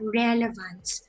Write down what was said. relevance